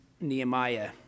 Nehemiah